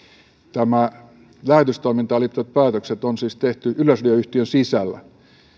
nämä lähetystoimintaan liittyvät päätökset on siis tehty yleisradio yhtiön sisällä